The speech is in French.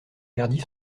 perdit